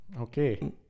Okay